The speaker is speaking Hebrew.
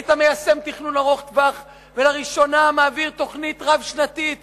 והיית מיישם תכנון ארוך-טווח ולראשונה מעביר תוכנית רב-שנתית